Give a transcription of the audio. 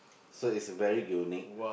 so is very unique